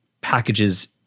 packages